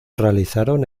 realizaron